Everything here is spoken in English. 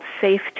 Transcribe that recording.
safe